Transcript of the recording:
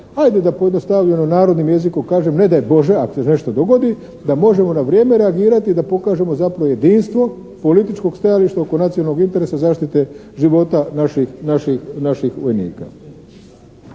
ajde da pojednostavimo narodnim jezikom kažem, ne daj Bože ak se nešto dogodi, da možemo na vrijeme reagirati, da pokažemo zapravo jedinstvo političkog stajališta oko nacionalnog interesa zaštite života naših vojnika.